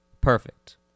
Perfect